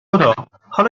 خدا، حالا